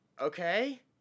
okay